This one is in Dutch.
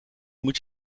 moet